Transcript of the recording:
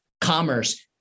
commerce